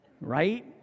Right